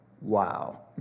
Wow